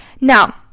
Now